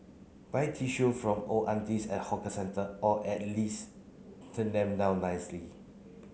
buy tissue from old aunties at hawker centre or at least turn them down nicely